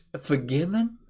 forgiven